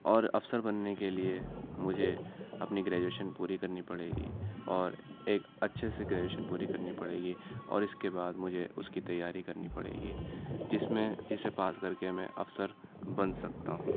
اور افسر بننے کے لیے مجھے اپنی گریجویشن پوری کرنی پڑے گی اور ایک اچھے سے گریجویشن پوری کرنی پڑے گی اور اس کے بعد مجھے اس کی تیاری کرنی پڑے گی جس میں جسے پاس کرکے میں افسر بن سکتا ہوں